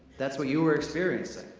that's what you're experiencing.